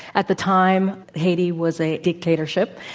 at the time, haiti was a dictatorship.